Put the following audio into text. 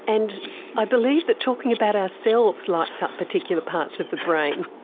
and i believe that talking about ourselves lights up particular parts of the brain.